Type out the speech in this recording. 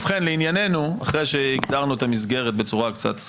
ובכן לעניינו אחרי שהגדרנו את המסגרת בצורה קצת,